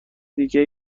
دیگه